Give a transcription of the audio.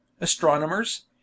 Astronomers